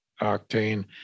octane